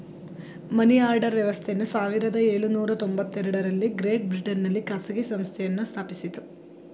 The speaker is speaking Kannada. ಮನಿಆರ್ಡರ್ ವ್ಯವಸ್ಥೆಯನ್ನು ಸಾವಿರದ ಎಳುನೂರ ತೊಂಬತ್ತಎರಡು ರಲ್ಲಿ ಗ್ರೇಟ್ ಬ್ರಿಟನ್ ನಲ್ಲಿ ಖಾಸಗಿ ಸಂಸ್ಥೆಯನ್ನು ಸ್ಥಾಪಿಸಿತು